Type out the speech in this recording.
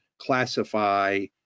classify